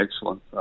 excellent